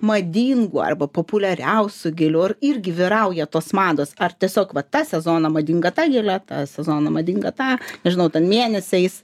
madingų arba populiariausių gėlių ar irgi vyrauja tos mados ar tiesiog vat tą sezoną madinga ta gėlė tą sezoną madinga ta nežinau ten mėnesiais